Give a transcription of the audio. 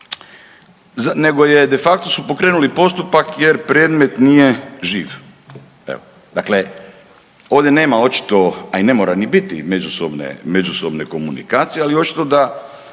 nego su de facto pokrenuli postupak jer predmet nije živ. Evo, dakle ovdje nema očito, a i ne mora ni biti međusobne komunikacije, ali očigledno